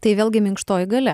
tai vėlgi minkštoji galia